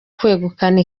kwegukana